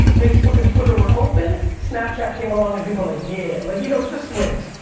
facebook and twitter were open, snapchat came along and people are like yeah. like you know, it just swings.